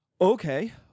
Okay